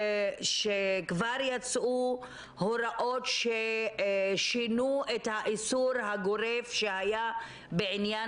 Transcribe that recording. שכבר יצאו הוראות ששינו את האיסור הגורף שהיה בעניין